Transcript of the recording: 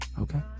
Okay